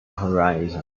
horizon